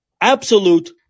absolute